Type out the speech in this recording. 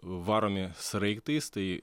varomi sraigtais tai